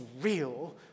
real